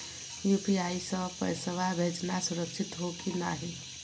UPI स पैसवा भेजना सुरक्षित हो की नाहीं?